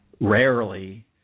Rarely